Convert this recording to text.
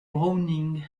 browning